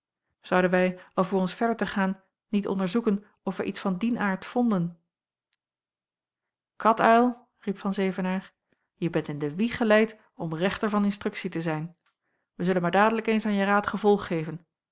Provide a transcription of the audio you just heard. zouden wij alvorens verder te gaan niet onderzoeken of wij iets van dien aard vonden katuil riep van zevenaer je bent in den wieg geleid om rechter van instruktie te zijn wij zullen maar dadelijk eens aan je raad gevolg geven